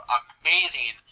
amazing